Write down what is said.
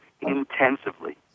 intensively